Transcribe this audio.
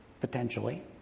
potentially